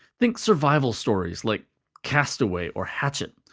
think survival stories, like cast away or hatchet.